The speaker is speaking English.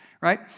right